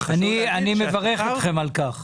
אני מברך אתכם על כך.